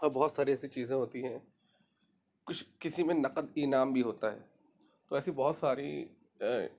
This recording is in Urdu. اور بہت ساری ایسی چیزیں ہوتی ہیں کچھ کسی میں نقد انعام بھی ہوتا ہے تو ایسی بہت ساری